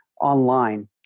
online